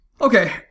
Okay